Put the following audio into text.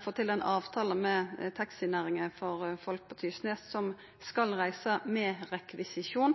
få til ein avtale med taxinæringa for folk på Tysnes som skal reisa med rekvisisjon,